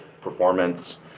performance